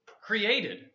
created